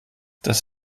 das